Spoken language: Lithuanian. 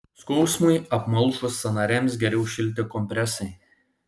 skausmui apmalšus sąnariams geriau šilti kompresai